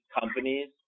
companies